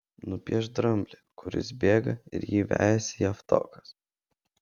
nupiešk dramblį kuris bėga ir jį vejasi javtokas